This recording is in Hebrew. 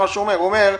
הוא אומר,